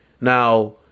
Now